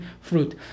fruit